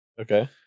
Okay